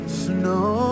snow